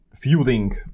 fueling